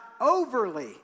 overly